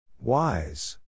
Wise